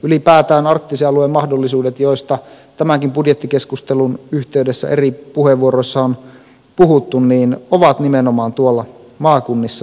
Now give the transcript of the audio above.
ylipäätään arktisen alueen mahdollisuudet joista tämänkin budjettikeskustelun yhteydessä eri puheenvuoroissa on puhuttu ovat nimenomaan maakunnissa